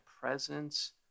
presence